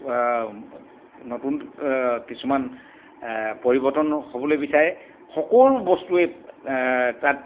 নতুন কিছুমান পৰিৱৰ্তন হ'বলৈ বিচাৰে সকলো বস্তুৱে তাত